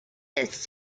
ist